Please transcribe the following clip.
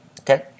okay